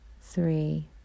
three